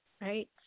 right